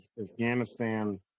Afghanistan